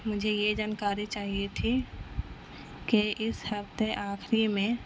مجھے یہ جانکاری چاہیے تھی کہ اس ہفتے آخری میں